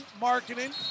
marketing